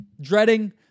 dreading